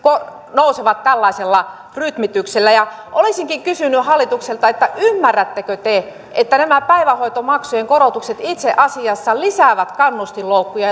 nousevat tällaisella rytmityksellä olisinkin kysynyt hallitukselta ymmärrättekö te että nämä päivähoitomaksujen korotukset itse asiassa lisäävät kannustinloukkuja